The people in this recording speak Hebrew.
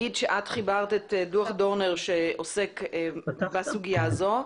את דוח דורנר שעוסק בסוגיה הזאת.